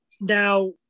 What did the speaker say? now